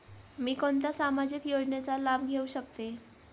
मी कोणत्या सामाजिक योजनेचा लाभ घेऊ शकते?